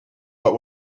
but